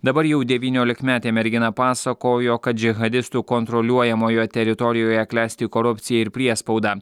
dabar jau devyniolikmetė mergina pasakojo kad džihadistų kontroliuojamoje teritorijoje klesti korupcija ir priespauda